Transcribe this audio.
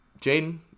Jaden